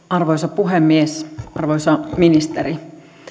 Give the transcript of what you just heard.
arvoisa puhemies arvoisa ministeri